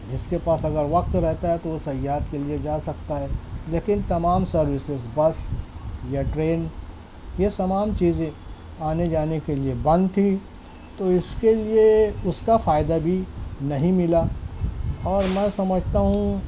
جس کے پاس اگر وقت رہتا ہے تو صیاد کے لیے جا سکتا ہے لیکن تمام سروسز بس یا ٹرین یہ تمام چیزیں آنے جانے کے لیے بند تھیں تو اس کے لیے اس کا فائدہ بھی نہیں ملا اور میں سمجھتا ہوں